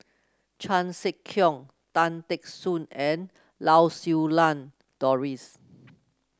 Chan Sek Keong Tan Teck Soon and Lau Siew Lang Doris